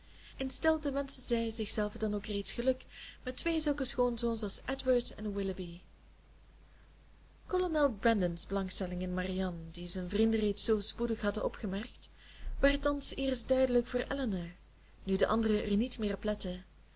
in stilte wenschte zij zichzelve dan ook reeds geluk met twee zulke schoonzoons als edward en willoughby kolonel brandon's belangstelling in marianne die zijn vrienden reeds zoo spoedig hadden opgemerkt werd thans eerst duidelijk voor elinor nu de anderen er niet meer